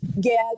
get